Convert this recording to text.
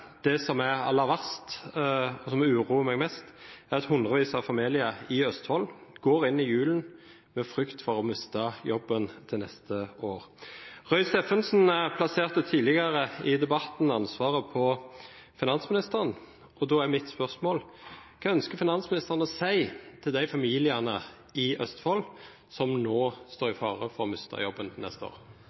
det som er aller verst, og som uroer meg mest, er at hundrevis av familier i Østfold går inn i julen med frykt for å miste jobben til neste år. Roy Steffensen plasserte tidligere i debatten ansvaret hos finansministeren, og da er mitt spørsmål: Hva ønsker finansministeren å si til de familiene i Østfold som nå står i fare for å miste jobben neste år?